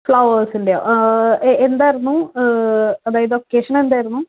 ഫ്ലവർസിന്റ്റെയോ എന്തായിരുന്നു അതായത് ഒക്കേഷൻ എന്തായിരുന്നു